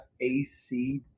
AC